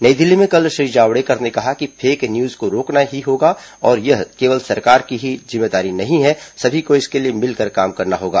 नई दिल्ली में कल श्री जावडेकर ने कहा कि फेक न्यूज को रोकना ही होगा और यह केवल सरकार की ही जिम्मेदारी नहीं है सभी को इसके लिए मिलकर काम करना होगा